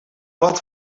wat